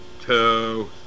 two